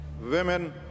women